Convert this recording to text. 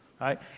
right